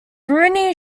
brunei